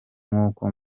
nk’uko